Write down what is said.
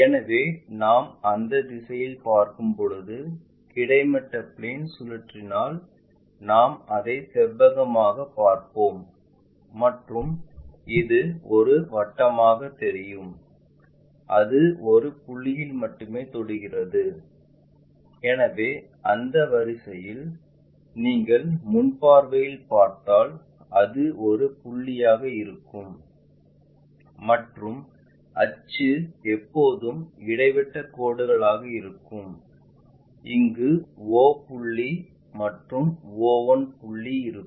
எனவே நாம் அந்த திசையில் பார்க்கும்போது கிடைமட்ட பிளேன் சுழற்றினாள் நாம் அதை செவ்வகமாக பார்ப்போம் மற்றும் இது ஒரு வட்டமாகத் தெரியும் அது ஒரு புள்ளியில் மட்டுமே தொடுகிறது எனவே அந்த வரிசையில் நீங்கள் முன் பார்வையில் பார்த்தால் அது ஒரு புள்ளியாக இருக்கும் மற்றும் அச்சு எப்போதும் இடைவிட்டக் கோடுகள் ஆக இருக்கும் இங்கு o புள்ளி மற்றும் o 1 புள்ளி இருக்கும்